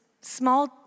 small